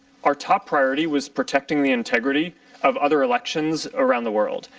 our top priority was protecting the integrity of other elections around the world.